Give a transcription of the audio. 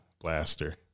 blaster